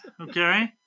okay